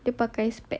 dia pakai specs